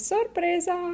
Sorpresa